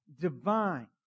divine